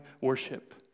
worship